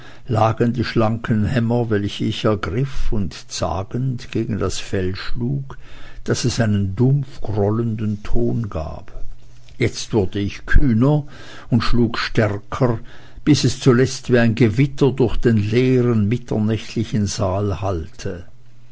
lagen die schlanken hämmer welche ich ergriff und zagend gegen das fell schlug daß es einen dumpf grollenden ton gab jetzt wurde ich kühner und schlug stärker bis es zuletzt wie ein gewitter durch den leeren mitternächtlichen saal hallte